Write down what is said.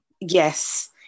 yes